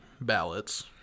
ballots